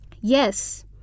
Yes